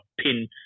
pin